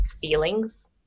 feelings